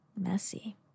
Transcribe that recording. messy